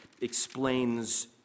explains